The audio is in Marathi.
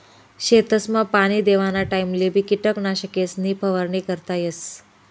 शेतसमा पाणी देवाना टाइमलेबी किटकनाशकेसनी फवारणी करता येस